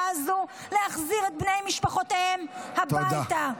הזו להחזיר את בני משפחותיהם הביתה.